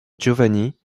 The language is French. giovanni